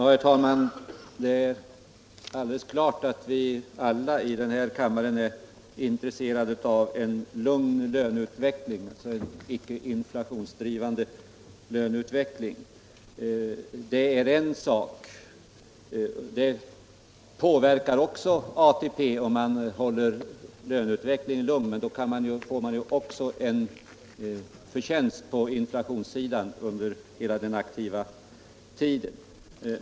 Herr talman! Det är alldeles klart att alla kammarens ledamöter är intresserade av en lugn och icke inflationsdrivande löneutveckling. Detta påverkar i så fall också ATP-pensionen, och man gör dessutom med tanke på inflationen en förtjänst under hela den aktiva tiden.